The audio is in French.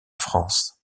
france